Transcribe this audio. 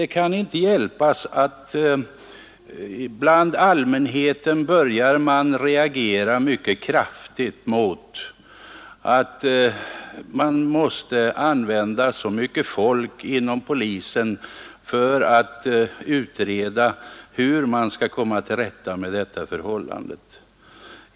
Det kan emellertid inte hjälpas att allmänheten börjar reagera litet kraftigt mot att polisen måste använda så mycket folk som den gör för att utreda hur man skall komma till rätta med problemet.